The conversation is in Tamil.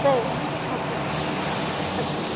சரிங்க ஓகேங்க ஓகே